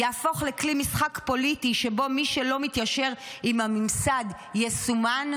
יהפוך לכלי משחק פוליטי שבו מי שלא מתיישר עם הממסד יסומן?